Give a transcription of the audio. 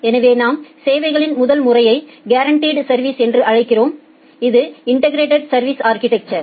எனவே நாம் சேவைகளின் முதல் முறையை கேரன்டிட் சா்விஸ் என்று அழைக்கிறோம் இது இன்டெகிரெட் சா்விஸ் அா்கிடெக்சர்